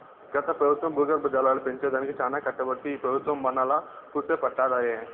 గత పెబుత్వం భూగర్భ జలాలు పెంచే దానికి చానా కట్టబడితే ఈ పెబుత్వం మనాలా వూసే పట్టదాయె